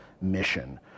mission